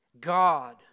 God